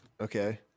Okay